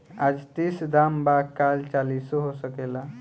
आज तीस दाम बा काल चालीसो हो सकेला